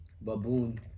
Baboon